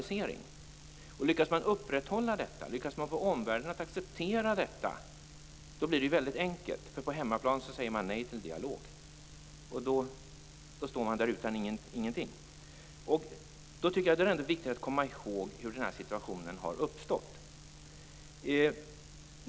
Om man lyckas upprätthålla detta och få omvärlden att acceptera detta blir det väldigt enkelt: på hemmaplan säger man nej till en dialog, och då står man där utan någonting. Det är då viktigt att komma ihåg hur situationen har uppstått.